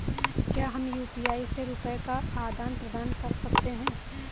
क्या हम यू.पी.आई से रुपये का आदान प्रदान कर सकते हैं?